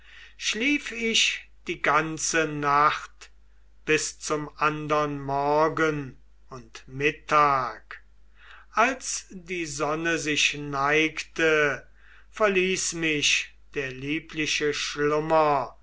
schlief ich die ganze nacht bis zum andern morgen und mittag als die sonne sich neigte verließ mich der liebliche schlummer